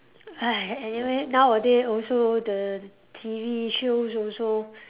!hais! anyway nowadays also the T_V shows also